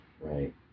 Right